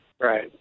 right